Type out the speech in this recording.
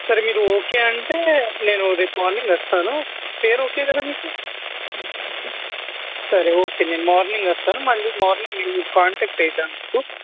సరే మీరు ఓకే అంటే నేను రేపు మార్నింగ్ వస్తాను ఫెయిర్ ఓకే కదా మీకు సరే ఓకే నేను మార్నింగ్ వస్తాను మళ్ళీ మార్నింగ్ నేను మీకు కాంటాక్ట్ అవుతాను మీకు